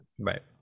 Right